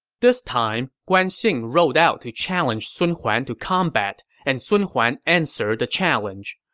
this time, guan xing rode out to challenge sun huan to combat, and sun huan answered the challenge.